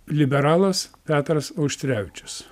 liberalas petras auštrevičius